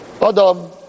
Adam